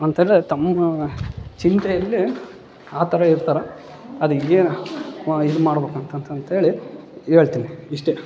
ಅಂತ ಹೇಳಿದ್ರೆ ತಮ್ಮ ಚಿಂತೆಯಲ್ಲಿ ಆ ಥರ ಇರ್ತಾರ ಅದು ಏನು ಇದು ಮಾಡ್ಬೇಕು ಅಂತಂತಂತೇಳಿ ಹೇಳ್ತೀನಿ ಇಷ್ಟೇ